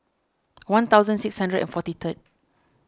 one thousand six hundred and forty third